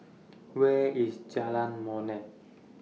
Where IS Jalan Molek